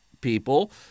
people